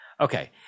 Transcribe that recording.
okay